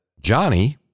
Johnny